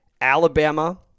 Alabama